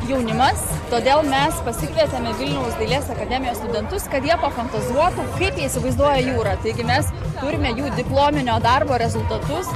jaunimas todėl mes pasikvietėme vilniaus dailės akademijos studentus kad jie pafantazuotų kaip jie įsivaizduoja jūrą taigi mes norime jų diplominio darbo rezultatus